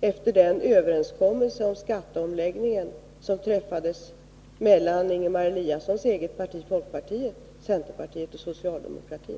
efter den överenskommelse om skatteomläggningen som träffats mellan Ingemar Eliassons eget parti — folkpartiet — centerpartiet och socialdemokratin.